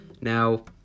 now